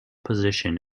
position